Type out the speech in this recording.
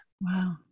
Wow